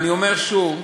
אני אומר שוב,